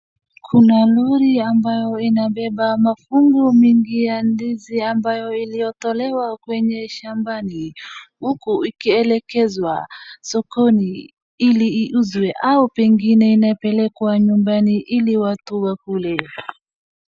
Kunal ori ambayo inabeba mafungu mingi ya ndizi ambayo iliyotolewa kwenye shambani. Huku ikielekezwa sokoni ili iuzwe au penginei napelekwa nyumbani ili watu wakule.